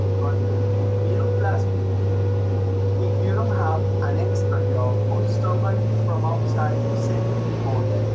but middle-class people if you don't have an extra job or somebody from outside who is sending you money.